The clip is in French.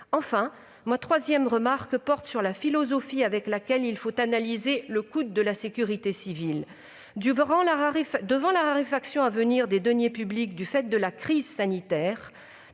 Enfin, ma troisième remarque porte sur la philosophie avec laquelle il faut analyser le coût de la sécurité civile. Devant la raréfaction à venir des deniers publics tant pour l'État